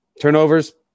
Turnovers